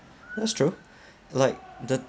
that's true like the